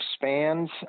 expands